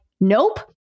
nope